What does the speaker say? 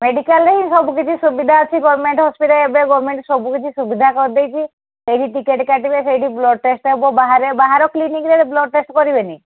ମେଡିକାଲ୍ରେ ସବୁ କିଛି ସୁବିଧା ଅଛି ଗମେଣ୍ଟ୍ ହସ୍ପିଟାଲ୍ ଏବେ ଗମେଣ୍ଟ୍ ସବୁ କିଛି ସୁବିଧା କରି ଦେଇଛି ସେଇଠି ଟିକେଟ୍ କାଟିବେ ସେଇଠି ବ୍ଲଡ୍ ଟେଷ୍ଟ ହେବ ବାହାରେ ବାହାର କ୍ଲିନିକ୍ରେ ବ୍ଲଡ୍ ଟେଷ୍ଟ୍ କରିବେନି